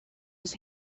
his